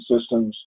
systems